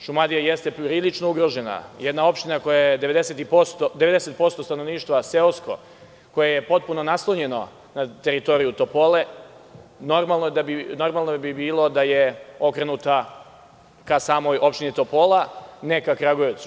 Šumadija jeste prilično ugrožena, jedna opština u kojoj je 90% stanovništva seosko, koja je potpuno naslonjena na teritoriju Topole, normalno bi bilo da je okrenuta ka samoj opštini Topola, ne ka Kragujevcu.